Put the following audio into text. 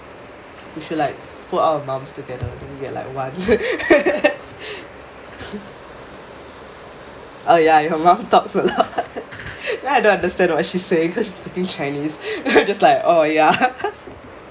we should like put our mums together then we are like one oh ya your mum talks a lot then I don't understand what she is saying because she is speaking chinese just like oh ya